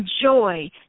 joy